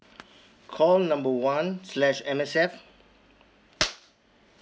call number one slash M_S_F